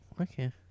Okay